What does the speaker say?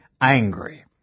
angry